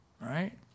Right